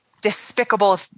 despicable